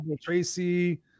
Tracy